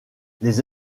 les